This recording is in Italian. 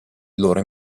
loro